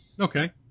Okay